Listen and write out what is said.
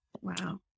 wow